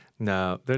No